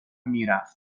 میرفت